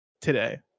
today